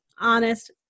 honest